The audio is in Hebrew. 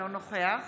אינו נוכח